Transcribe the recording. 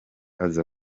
aza